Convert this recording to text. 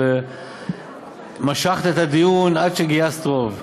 אבל משכת את הדיון עד שגייסת רוב.